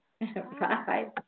Bye